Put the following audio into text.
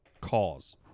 cause